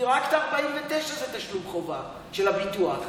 כי רק ה-49 זה תשלום חובה, של הביטוח,